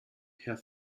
herr